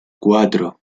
cuatro